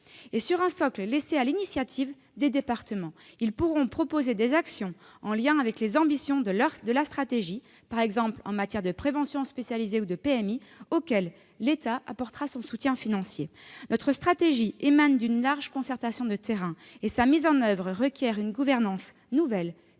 Sur un socle laissé à l'initiative des départements, ces derniers pourront proposer des actions en lien avec les ambitions de la stratégie, par exemple en matière de prévention spécialisée ou de PMI, auxquelles l'État apportera son soutien financier. Notre stratégie émane d'une large concertation de terrain. Sa mise en oeuvre requiert une gouvernance nouvelle, pilotée et